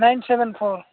nine seven four